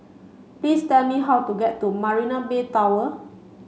please tell me how to get to Marina Bay Tower